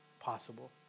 possible